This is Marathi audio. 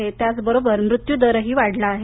पण त्याचबरोबर मृत्यू दरही वाढला आहे